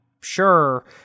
sure